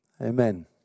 Amen